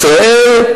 בישראל,